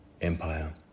empire